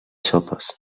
sopes